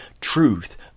truth